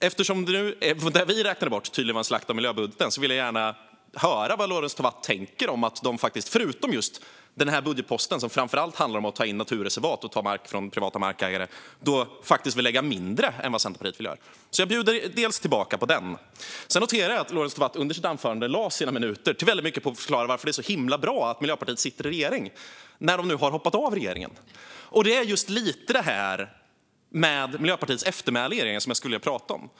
Eftersom det vi räknade bort tydligen var en slakt av miljöbudgeten vill jag gärna höra vad Lorentz Tovatt tänker om att Miljöpartiet - förutom i den budgetpost som framför allt handlar om att ta in naturreservat och att ta mark från privata markägare - faktiskt vill lägga mindre än vad Centerpartiet gör. Jag bjuder alltså tillbaka på detta. Jag noterar också att Lorentz Tovatt under sitt anförande lade många minuter på att förklara varför det är så himla bra att Miljöpartiet sitter i regeringsställning - när de nu har hoppat av regeringen! Det är just lite av det här med Miljöpartiets eftermäle i regeringen jag skulle vilja prata om.